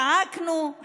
צעקנו,